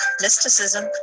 Mysticism